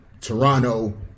Toronto